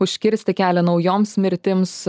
užkirsti kelią naujoms mirtims